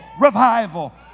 Revival